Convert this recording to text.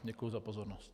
Děkuji za pozornost.